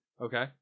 Okay